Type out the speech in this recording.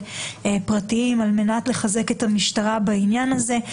פרטיים על מנת לחזק את המשטרה בעניין הזה.